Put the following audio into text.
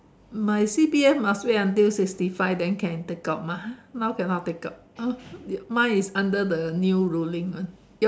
my C_P_F must wait until sixty five then can take out mah now cannot take out mine is under the new ruling lah